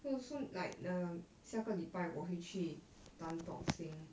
oh so like um 下个礼拜我会去 tan tock seng